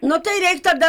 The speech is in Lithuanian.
nu tai reik tada